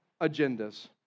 agendas